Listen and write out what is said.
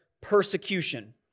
persecution